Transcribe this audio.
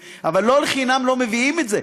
אבל לא לחינם לא מביאים את זה,